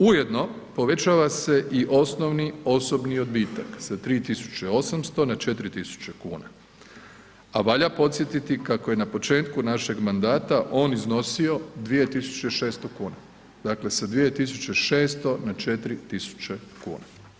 Ujedno povećava se i osnovni osobni odbitak sa 3.800 na 4.000 kuna, a valja podsjetiti kako je na početku našeg mandata on iznosio 2.600 kuna, dakle sa 2.600 na 4.000 kuna.